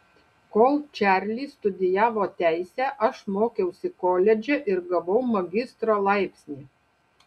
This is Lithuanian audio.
kol čarlis studijavo teisę aš mokiausi koledže ir gavau magistro laipsnį